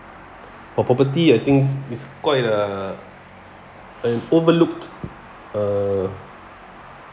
for property I think it's quite a a overlooked uh